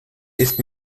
ist